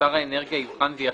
שר האנרגיה יבחן ויחליט,